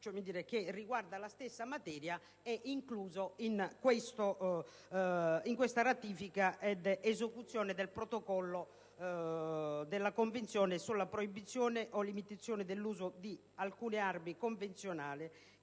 che riguarda la stessa materia, è incluso nella ratifica ed esecuzione del Protocollo V della Convenzione sulla proibizione o limitazione dell'uso di alcune armi convenzionali